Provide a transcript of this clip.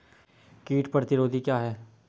कीट प्रतिरोधी क्या है?